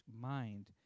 mind